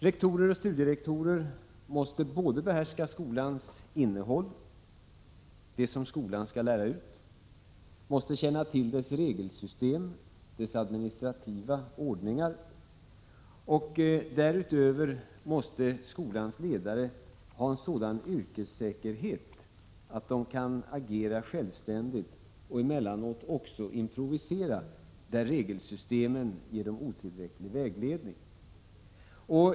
Rektorer och studierektorer måste behärska skolans innehåll — det som skolan skall lära ut — och känna till dess regelsystem och dess administrativa ordningar. Skolans ledare måste därutöver ha en sådan yrkessäkerhet att de kan agera självständigt och emellanåt också improvisera där regelsystemen ger dem otillräcklig vägledning.